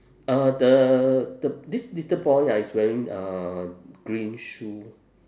uh the the this little boy ah is wearing uh green shoe